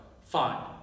fine